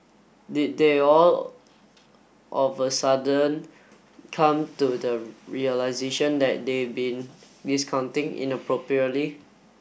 did they all of a sudden come to the realisation that they been discounting inappropriately